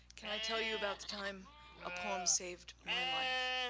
can i tell you about the time a poem saved my life?